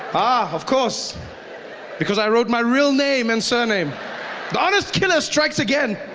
ah, of course because i wrote my real name and surname the honest killer strikes again!